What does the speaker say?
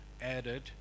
added